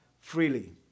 freely